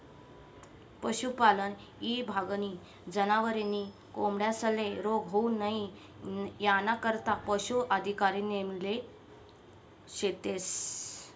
पशुपालन ईभागनी जनावरे नी कोंबड्यांस्ले रोग होऊ नई यानाकरता पशू अधिकारी नेमेल शेतस